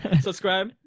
Subscribe